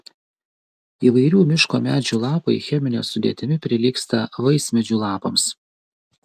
įvairių miško medžių lapai chemine sudėtimi prilygsta vaismedžių lapams